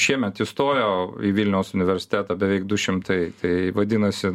šiemet įstojo į vilniaus universitetą beveik du šimtai tai vadinasi